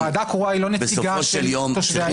הוועדה הקרואה היא לא נציגה של תושבי העיר.